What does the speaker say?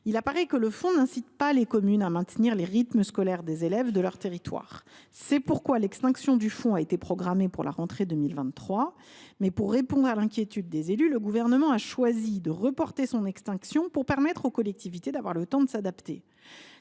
Il apparaît que le fonds n’incite pas les communes à maintenir la réforme des rythmes scolaires pour les élèves de leur territoire, raison pour laquelle son extinction a été programmée pour la rentrée 2023. Toutefois, répondant à l’inquiétude des élus, le Gouvernement a choisi de reporter son extinction pour permettre aux collectivités d’avoir le temps de s’adapter.